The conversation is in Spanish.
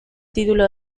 título